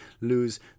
lose